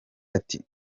ati